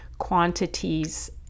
quantities